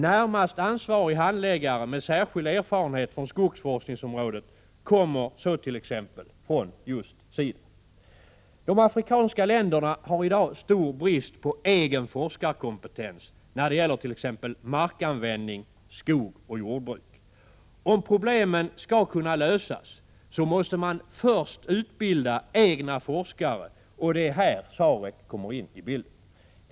Närmast ansvarig handläggare med särskild erfarenhet från skogsforskningsområdet kommer t.ex. från just SIDA. De afrikanska länderna har i dag stor brist på egen forskarkompetens när det t.ex. gäller markanvändning, skog och jordbruk. Om problemen skall kunna lösas måste man först utbilda egna forskare. Det är här SAREC kommer in i bilden.